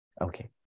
Okay